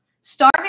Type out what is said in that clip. Starving